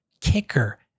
Kicker